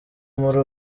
muri